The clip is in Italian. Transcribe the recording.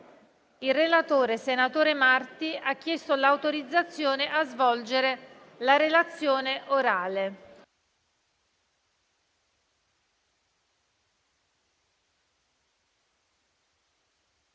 Il relatore, senatore Marti, ha chiesto l'autorizzazione a svolgere la relazione orale.